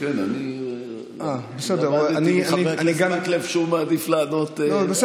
אני הבנתי מחבר הכנסת מקלב שהוא מעדיף לענות על פי הסדר המתחייב,